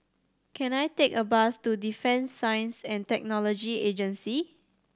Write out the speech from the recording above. can I take a bus to Defence Science And Technology Agency